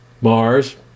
Mars